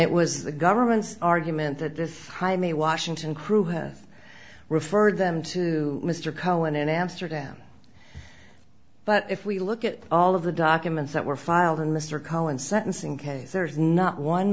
it was the government's argument that this jaime washington crew has referred them to mr cowen in amsterdam but if we look at all of the documents that were filed in mr cohen sentencing case there's not one